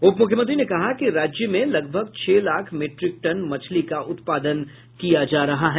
उप मुख्यमंत्री ने कहा कि राज्य में लगभग छह लाख मीट्रिक टन मछली का उत्पादन किया जा रहा है